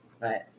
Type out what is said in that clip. Right